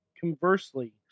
conversely